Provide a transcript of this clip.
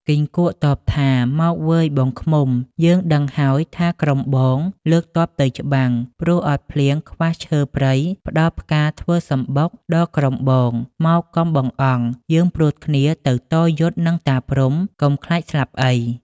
គីង្គក់តបថា “ មកវ៉ឺយ ! បងឃ្មុំ! យើងដឹងហើយថាក្រុមបង លើកទ័ពទៅច្បាំង ព្រោះអត់ភ្លៀងខ្វះឈើព្រៃផ្តល់ផ្កាធ្វើសំបុកដល់ក្រុមបង មកកុំបង្អង់ យើងព្រួតគ្នាទៅតយុទ្ធនឹងតាព្រហ្មកុំខ្លាចស្លាប់អី" ។